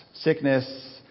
sickness